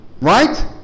right